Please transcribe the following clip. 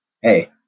hey